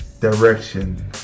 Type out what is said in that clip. direction